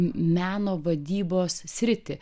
meno vadybos sritį